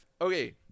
Okay